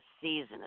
season